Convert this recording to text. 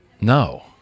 No